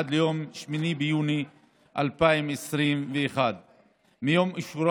עד ליום 8 ביוני 2021. מיום אישורה